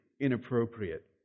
inappropriate